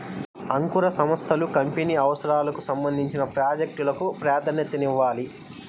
అంకుర సంస్థలు కంపెనీ అవసరాలకు సంబంధించిన ప్రాజెక్ట్ లకు ప్రాధాన్యతనివ్వాలి